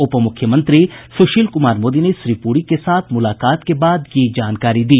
उप मुख्यमंत्री सुशील कुमार मोदी ने श्री पुरी के साथ मुलाकात के बाद यह जनकारी दी